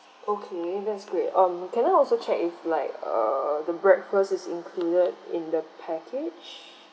okay that's great um can I also check if like err the breakfast is included in the package